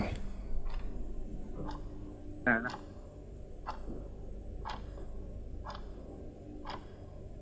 ऐ ना